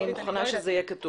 אני מוכנה שיהיה כתוב.